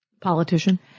Politician